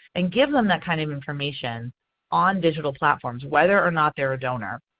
and give them that kind of information on digital platforms whether or not they are donor.